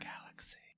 galaxy